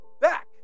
back